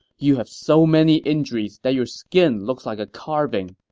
you have so many injuries that your skin looks like a carving.